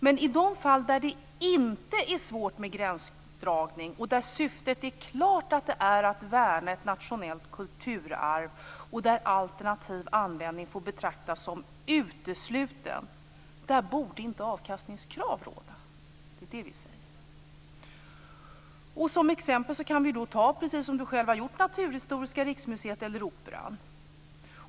Men i de fall där det inte är svårt med gränsdragning, där syftet klart är att värna ett nationellt kulturarv och där alternativ användning får betraktas som utesluten borde inte avkastningskrav råda. Det är det vi säger. Som exempel kan vi ju ta, precis som Johan Lönnroth gjorde, Naturhistoriska riksmuseet eller Operan.